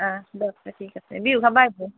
অঁ দিয়ক তে ঠিক আছে বিহু খাব আহিব